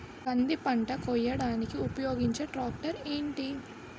కంది పంట కోయడానికి ఉపయోగించే ట్రాక్టర్ ఏంటి?